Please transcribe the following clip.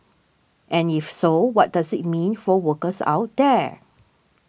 and if so what does it mean for workers out there